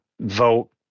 vote